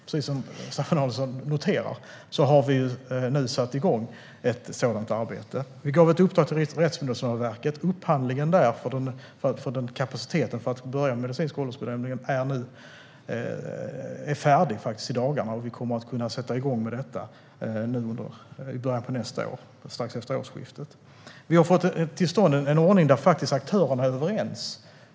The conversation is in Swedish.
Precis som Staffan Danielsson noterar har vi nu satt igång ett sådant arbete. Vi gav ett uppdrag till Rättsmedicinalverket, och upphandlingen av den kapacitet som behövs för att börja med den medicinska åldersbedömningen är färdig nu i dagarna. Vi kommer att kunna sätta igång med detta strax efter årsskiftet. Vi har fått till stånd en ordning där aktörerna faktiskt är överens.